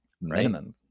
minimum